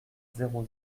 zéro